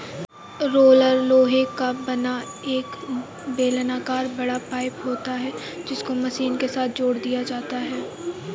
roller लोहे का बना एक बेलनाकर बड़ा पाइप होता है जिसको मशीन के साथ जोड़ दिया जाता है